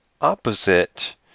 opposite